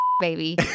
baby